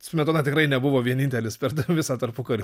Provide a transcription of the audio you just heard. smetona tikrai nebuvo vienintelis per visą tarpukario